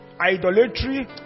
Idolatry